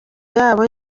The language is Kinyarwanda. yabo